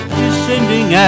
descending